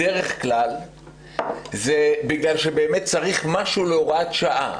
בדרך כלל זה בגלל שבאמת צריך משהו להוראת שעה.